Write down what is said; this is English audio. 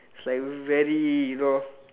it's like very you know